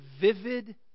vivid